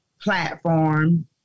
platform